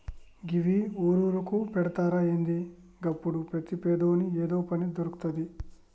గివ్వి ఊరూరుకు పెడ్తరా ఏంది? గప్పుడు ప్రతి పేదోని ఏదో పని దొర్కుతది